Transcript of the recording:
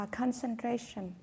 concentration